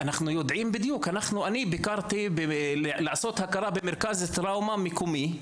אני ביקרתי במרכז טראומה מקומי,